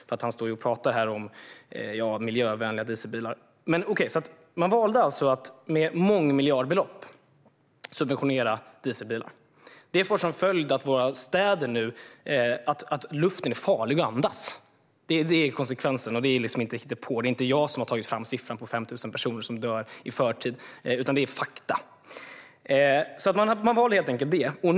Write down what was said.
Han står här och talar om miljövänliga dieselbilar. Men, okej, man valde att med mångmiljardbelopp subventionera dieselbilar. Det får som följd att luften nu är farlig att andas i våra städer. Det är konsekvensen. Det är inte hittepå. Det är inte jag som har tagit fram siffran på 5 000 personer som dör i förtid, utan det är fakta. Man valde helt enkelt det.